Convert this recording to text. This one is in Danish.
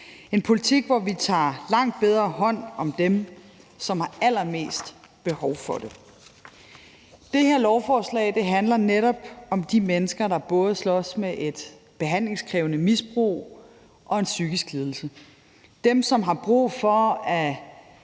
en politik, hvor vi tager langt bedre hånd om dem, som har allermest behov for det. Det her lovforslag handler netop om de mennesker, der både slås med et behandlingskrævende misbrug og en psykisk lidelse – dem, som har brug for